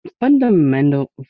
fundamental